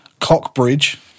Cockbridge